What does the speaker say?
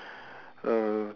uh